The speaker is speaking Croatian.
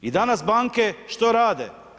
I danas banke što rade?